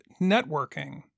networking